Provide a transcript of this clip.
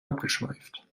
abgeschweift